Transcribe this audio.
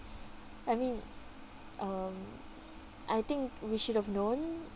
I mean um I think we should have known